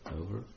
over